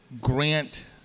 grant